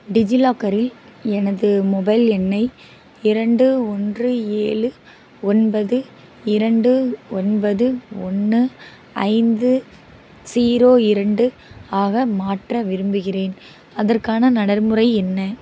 டிஜிலாக்கரில் எனது மொபைல் எண்ணை இரண்டு ஒன்று ஏழு ஒன்பது இரண்டு ஒன்பது ஒன்று ஐந்து ஸீரோ இரண்டு ஆக மாற்ற விரும்புகிறேன் அதற்கான நடைமுறை என்ன